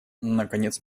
наконец